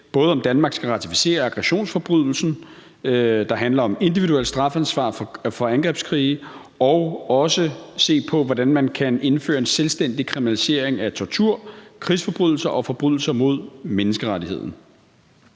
til, om Danmark skal ratificere aggressionsforbrydelsen, der handler om et individuelt strafansvar for angrebskrige, og de skal også se på, hvordan man kan indføre en selvstændig kriminalisering af tortur, krigsforbrydelser og forbrydelser mod menneskeheden.